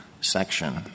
section